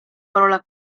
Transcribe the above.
parola